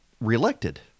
reelected